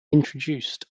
introduced